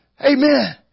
Amen